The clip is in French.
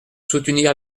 soutenir